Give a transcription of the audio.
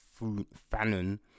Fanon